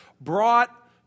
brought